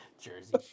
Jersey